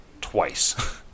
twice